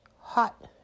hot